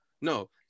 no